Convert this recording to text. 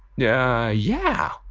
yeah yeah.